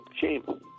shame